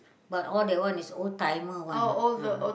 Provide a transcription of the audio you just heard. but all that one is old timer one ah a'ah